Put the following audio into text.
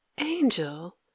angel